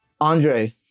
Andre